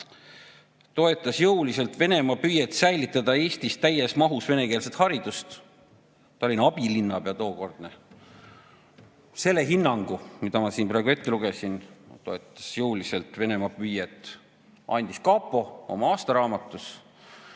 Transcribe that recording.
toetas jõuliselt Venemaa püüet säilitada Eestis täies mahus venekeelset haridust. Tallinna tookordne abilinnapea. Selle hinnangu, mille ma siin praegu ette lugesin, et ta toetas jõuliselt Venemaa püüet, andis kapo oma aastaraamatus.